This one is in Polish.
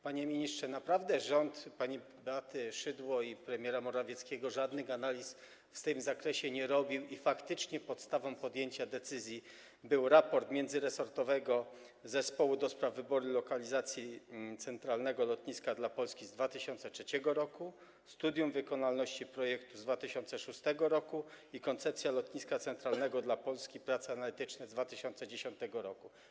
Panie ministrze, naprawdę rząd pani Beaty Szydło i premiera Morawieckiego żadnych analiz w tym zakresie nie robił i faktycznie podstawą podjęcia decyzji były: raport międzyresortowego zespołu ds. wyboru lokalizacji centralnego lotniska dla Polski z 2003 r., studium wykonalności projektu z 2006 r. i koncepcja lotniska centralnego dla Polski - prace analityczne z 2010 r.